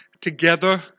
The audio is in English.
together